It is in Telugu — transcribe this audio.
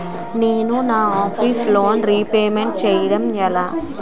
నేను నా ఆఫీస్ లోన్ రీపేమెంట్ చేయడం ఎలా?